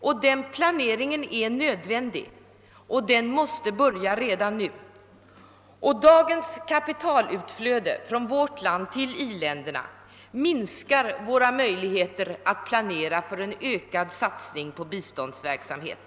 En sådan planering är nödvändig och måste börja redan nu. Dagens kapitalutflöde från vårt land till i-länderna minskar dock våra möjligheter att planera för en ökad satsning på biståndsverksamheten.